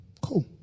Cool